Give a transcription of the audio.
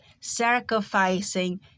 sacrificing